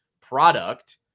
product